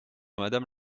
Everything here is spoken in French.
madame